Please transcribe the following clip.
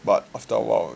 but after a while